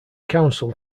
counsel